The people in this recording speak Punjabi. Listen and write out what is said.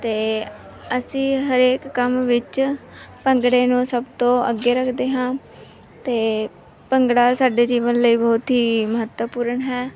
ਅਤੇ ਅਸੀਂ ਹਰੇਕ ਕੰਮ ਵਿੱਚ ਭੰਗੜੇ ਨੂੰ ਸਭ ਤੋਂ ਅੱਗੇ ਰੱਖਦੇ ਹਾਂ ਅਤੇ ਭੰਗੜਾ ਸਾਡੇ ਜੀਵਨ ਲਈ ਬਹੁਤ ਹੀ ਮਹੱਤਵਪੂਰਨ ਹੈ